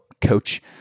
coach